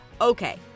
Okay